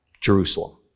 Jerusalem